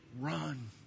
run